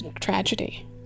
tragedy